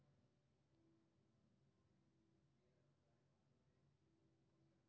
किछु पशुधन कृषि कार्य लेल पोसल जाइ छै, जेना घोड़ा, गाय, बरद, भैंस आदि